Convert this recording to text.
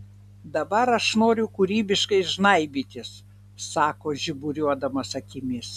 dabar aš noriu kūrybiškai žnaibytis sako žiburiuodamas akimis